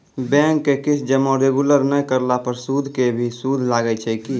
Bank के किस्त जमा रेगुलर नै करला पर सुद के भी सुद लागै छै कि?